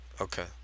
Okay